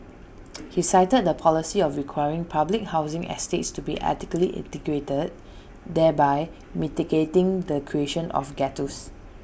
he cited the policy of requiring public housing estates to be ethnically integrated thereby mitigating the creation of ghettos